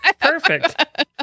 Perfect